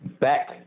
back